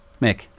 Mick